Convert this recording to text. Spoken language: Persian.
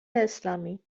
اسلامی